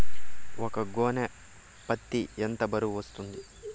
ఒక గోనె పత్తి ఎంత బరువు వస్తుంది?